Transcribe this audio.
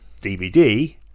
DVD